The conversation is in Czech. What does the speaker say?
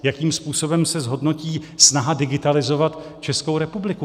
Jakým způsobem se zhodnotí snaha digitalizovat Českou republiku?